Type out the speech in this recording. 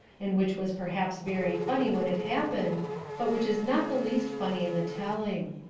and which was perhaps very funny when it happened but which is not the least funny in the telling.